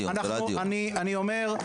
זה לא הדיון.